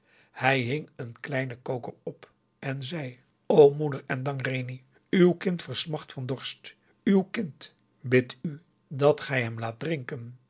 dessa hing een kleinen koker op en zei o moeder endang reni uw kind versmacht van dorst uw kind bidt u dat gij hem laat drinken